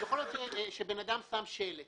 יכול להיות שאדם שם שלט